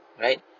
right